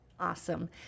awesome